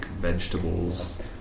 vegetables